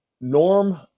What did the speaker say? Norm